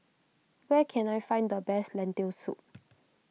where can I find the best Lentil Soup